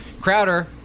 Crowder